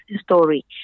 story